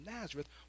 Nazareth